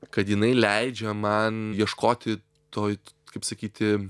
kad jinai leidžia man ieškoti to kaip sakyti